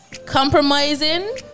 compromising